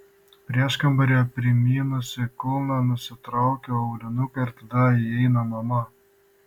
prieškambaryje primynusi kulną nusitraukiu aulinuką ir tada įeina mama